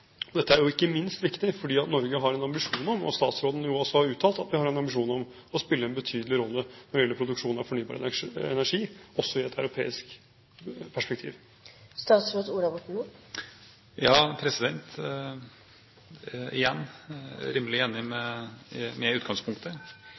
Dette er ikke minst viktig fordi Norge har en ambisjon om – og statsråden har jo også uttalt at vi har en ambisjon om – å spille en betydelig rolle når det gjelder produksjon av fornybar energi, også i et europeisk